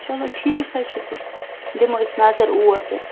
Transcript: چلو ٹھیٖک حظ چھُ تہٕ دِمو أسۍ نَظر اوٗر تیٚلہِ